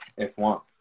F1